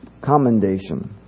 commendation